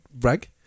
rag